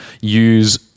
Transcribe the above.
use